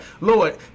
Lord